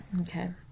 Okay